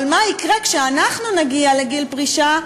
אבל מה יקרה כשאנחנו נגיע לגיל פרישה?